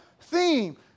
theme